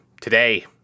today